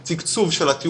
כמו שהציגו בנושא של נהריה,